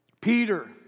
Peter